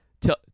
Tell